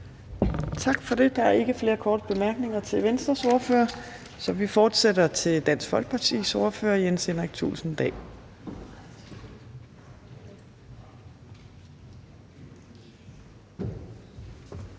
Tak for det. Der er ikke flere korte bemærkninger til Venstres ordfører, så vi fortsætter til Dansk Folkepartis ordfører, hr. Jens Henrik Thulesen Dahl.